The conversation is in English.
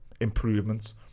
improvements